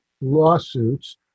lawsuits